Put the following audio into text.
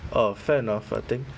uh fair enough I think